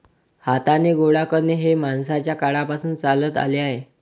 हाताने गोळा करणे हे माणसाच्या काळापासून चालत आले आहे